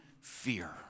fear